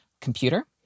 computer